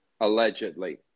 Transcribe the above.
allegedly